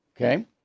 Okay